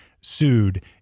sued